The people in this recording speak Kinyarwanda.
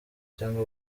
cyangwa